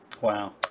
Wow